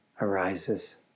arises